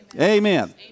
Amen